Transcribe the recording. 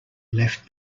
left